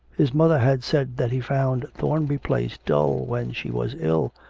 his mother had said that he found thornby place dull when she was ill,